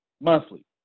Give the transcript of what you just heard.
monthly